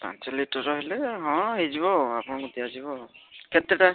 ପାଞ୍ଚ ଲିଟର ହେଲେ ହଁ ହେଇଯିବ ଆଉ ଆପଣଙ୍କୁ ଦିଆଯିବ ଆଉ କେତେଟା